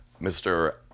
mr